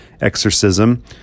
exorcism